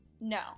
no